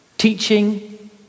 Teaching